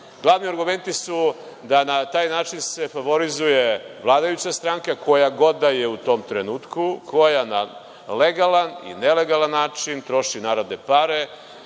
Glavni argumenti su da se na taj način favorizuje vladajuća stranka, koja god da je u tom trenutku, koja na legalan i nelegalan način troši narodne pare,